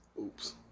Oops